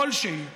די.